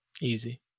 Easy